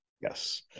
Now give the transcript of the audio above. Yes